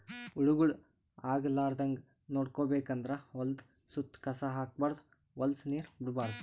ಹುಳಗೊಳ್ ಆಗಲಾರದಂಗ್ ನೋಡ್ಕೋಬೇಕ್ ಅಂದ್ರ ಹೊಲದ್ದ್ ಸುತ್ತ ಕಸ ಹಾಕ್ಬಾರ್ದ್ ಹೊಲಸ್ ನೀರ್ ಬಿಡ್ಬಾರ್ದ್